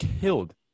killed